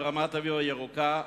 ברמת-אביב הירוקה,